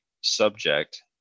subject